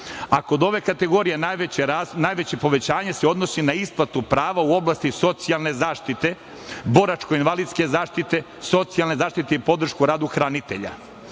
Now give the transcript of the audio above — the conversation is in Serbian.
a kod ove kategorije najveće povećanje se odnosi na isplatu prava u oblasti socijalne zaštite, boračko-invalidske zaštite, socijalna zaštite i podrške u radu hranitelja.